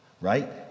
right